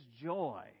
joy